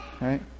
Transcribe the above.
right